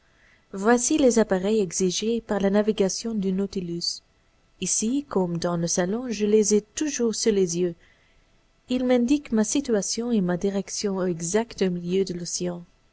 voici les appareils exigés par la navigation du nautilus ici comme dans le salon je les ai toujours sous les yeux et ils m'indiquent ma situation et ma direction exacte au milieu de l'océan